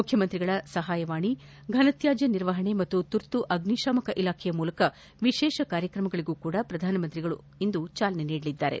ಮುಖ್ಯಮಂತ್ರಿ ಅವರ ಸಹಾಯವಾಣಿ ಫನತ್ಕಾಜ್ಯ ನಿರ್ವಹಣೆ ಮತ್ತು ತುರ್ತು ಅಗ್ನಿಶಾಮಕ ಇಲಾಖೆಯ ಮೂಲಕ ವಿಶೇಷ ಕಾರ್ಯಕ್ರಮಗಳಗೂ ಪ್ರಧಾನಮಂತ್ರಿ ಅವರು ಚಾಲನೆ ನೀಡಲಿದ್ದಾರೆ